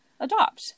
adopt